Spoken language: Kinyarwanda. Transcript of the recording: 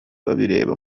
babireba